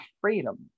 freedom